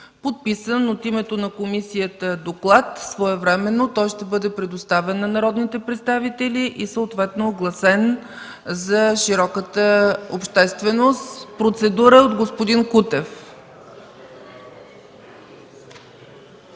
подписан от името на комисията, доклад, своевременно той ще бъде предоставен на народните представители и съответно огласен за широката общественост. Процедура от господин Кутев.